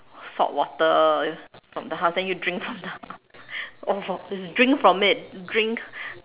salt water from the husk then you drink from the or from drink from it drink